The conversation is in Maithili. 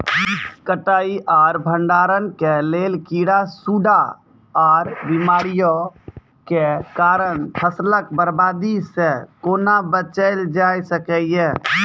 कटाई आर भंडारण के लेल कीड़ा, सूड़ा आर बीमारियों के कारण फसलक बर्बादी सॅ कूना बचेल जाय सकै ये?